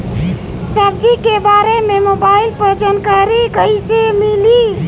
सब्जी के बारे मे मोबाइल पर जानकारी कईसे मिली?